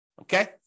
Okay